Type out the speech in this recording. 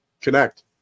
connect